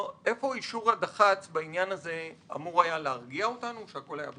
אישור הדח"צ בעניין הזה אמור היה להרגיע אותנו שהכל היה בסדר,